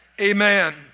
amen